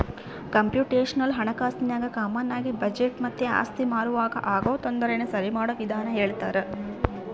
computational ಹಣಕಾಸಿನಾಗ ಕಾಮಾನಾಗಿ budget ಮತ್ತೆ ಆಸ್ತಿ ಮಾರುವಾಗ ಆಗೋ ತೊಂದರೆನ ಸರಿಮಾಡೋ ವಿಧಾನ ಹೇಳ್ತರ